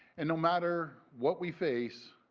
and no matter what we face,